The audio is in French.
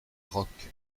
roque